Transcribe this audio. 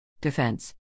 defense